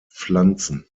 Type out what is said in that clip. pflanzen